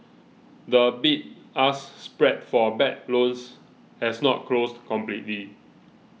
the bid ask spread for bad loans has not closed completely